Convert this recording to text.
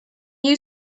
you